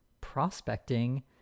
prospecting